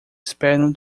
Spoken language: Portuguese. esperam